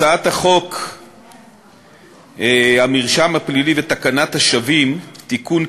הצעת חוק המרשם הפלילי ותקנת השבים (תיקון,